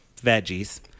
veggies